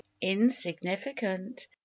insignificant